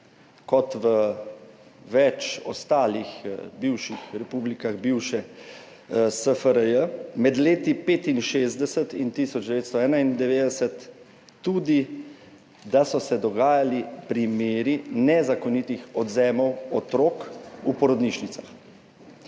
kot v več ostalih bivših republikah bivše SFRJ, med leti 1965 in 1991 dogajali primeri nezakonitih odvzemov otrok v porodnišnicah.